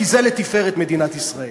כי זה לתפארת מדינת ישראל.